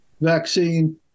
vaccine